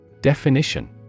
Definition